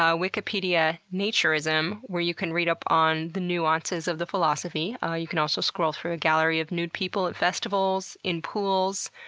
ah wikipedia naturism, where you can read up on the nuances of the philosophy. ah you can also scroll through a gallery of nude people at festivals, in pools,